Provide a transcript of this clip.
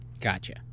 gotcha